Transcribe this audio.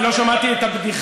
כי לא שמעתי את הבדיחה,